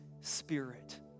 Spirit